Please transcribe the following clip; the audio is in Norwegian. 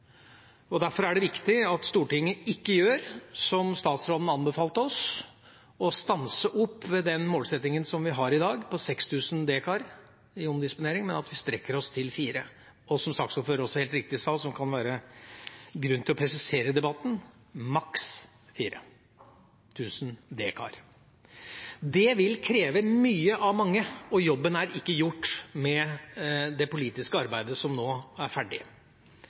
Derfor er det viktig at Stortinget ikke gjør som statsråden anbefalte oss – å stanse opp ved den målsettinga som vi har i dag på 6 000 dekar i omdisponering, men at vi strekker oss til 4 000 dekar. Og som saksordføreren helt riktig sa, og som det kan være grunn til å presisere i debatten: maks 4 000 dekar. Det vil kreve mye av mange, og jobben er ikke gjort med det politiske arbeidet som nå er ferdig.